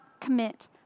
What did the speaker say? commit